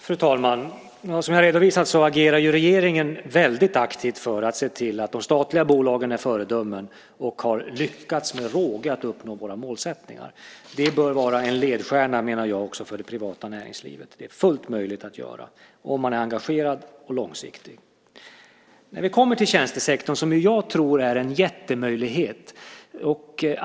Fru talman! Som jag redovisat agerar regeringen väldigt aktivt för att se till att de statliga bolagen är föredömen. De har lyckats med råge att uppnå våra målsättningar. Det bör vara en ledstjärna också för det privata näringslivet. Det är fullt möjligt att göra om man är engagerad och långsiktig. Vi kommer så till tjänstesektorn, som jag tror är en jättemöjlighet.